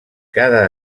cada